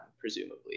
presumably